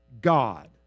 God